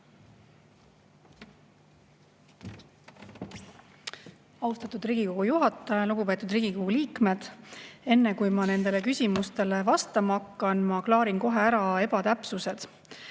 Austatud Riigikogu juhataja! Lugupeetud Riigikogu liikmed! Enne kui ma nendele küsimustele vastama hakkan, ma klaarin kohe ära ebatäpsused.